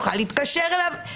תוכל להתקשר אליו.